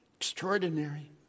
extraordinary